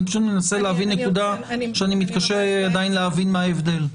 אני פשוט מנסה להבין נקודה שאני מתקשה עדיין להבין מה ההבדל.